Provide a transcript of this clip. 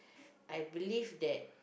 I believe that